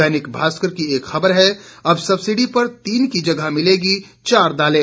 दैनिक भास्कर की एक खबर है अब सब्सिडी पर तीन की जगह मिलेगी चार दालें